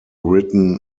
written